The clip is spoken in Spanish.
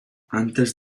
antes